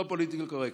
לא פוליטיקלי קורקט.